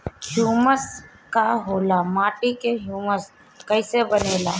Humus का होला माटी मे ह्यूमस कइसे बनेला?